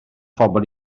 phobl